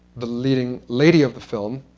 the leading lady of the film,